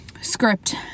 script